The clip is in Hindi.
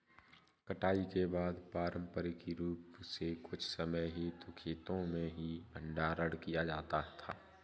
कटाई के बाद पारंपरिक रूप से कुछ समय हेतु खेतो में ही भंडारण किया जाता था